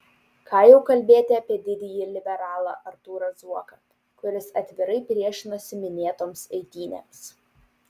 ką jau kalbėti apie didįjį liberalą artūrą zuoką kuris atvirai priešinosi minėtoms eitynėms